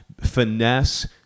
finesse